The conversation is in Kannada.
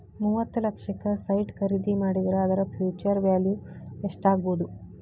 ಮೂವತ್ತ್ ಲಕ್ಷಕ್ಕ ಸೈಟ್ ಖರಿದಿ ಮಾಡಿದ್ರ ಅದರ ಫ್ಹ್ಯುಚರ್ ವ್ಯಾಲಿವ್ ಯೆಸ್ಟಾಗ್ಬೊದು?